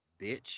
Bitch